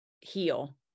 heal